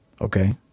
Okay